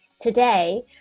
today